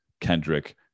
Kendrick